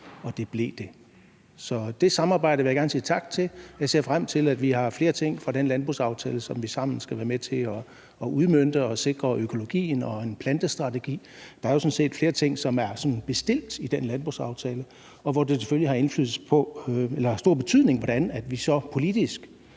og det blev det. Det samarbejde vil jeg gerne sige tak for, og jeg ser frem til, at der er flere ting fra den landbrugsaftale, som vi sammen skal være med til at udmønte og sikre økologien og en plantestrategi. Der er jo sådan set flere ting, som er bestilt i den landbrugsaftale, og hvor det selvfølgelig har stor betydning, hvad vi så politisk